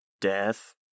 death